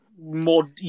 more